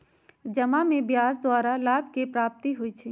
जमा में ब्याज द्वारा लाभ के प्राप्ति होइ छइ